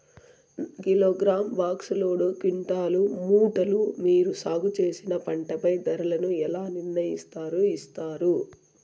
Kilogram, box, load, quintal, మూటలు మీరు సాగు చేసిన పంటపై ధరలను ఎలా నిర్ణయిస్తారు యిస్తారు?